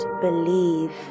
believe